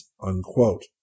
unquote